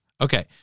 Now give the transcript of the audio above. Okay